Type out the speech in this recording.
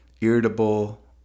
irritable